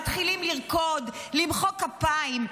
מתחילים לרקוד ולמחוא כפיים,